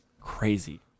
Crazy